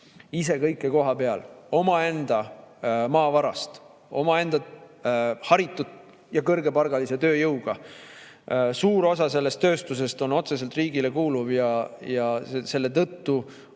ise kõike kohapeal, omaenda maavarast, omaenda haritud ja kõrgepalgalise tööjõuga. Suur osa sellest tööstusest on otseselt riigile kuuluv ja selle tõttu on